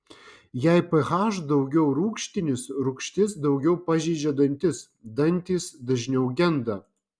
jei ph daugiau rūgštinis rūgštis daugiau pažeidžia dantis dantys dažniau genda